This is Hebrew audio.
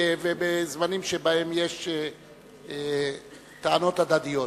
בזמנים שבהם יש טענות הדדיות.